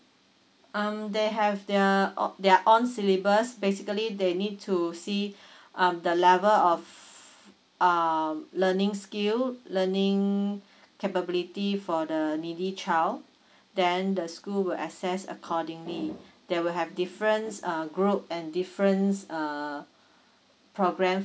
um they have their uh their on syllabus basically they need to see um the level of um learning skill learning capability for the needy child then the school will assess accordingly they will have difference err group and difference err program